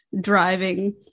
driving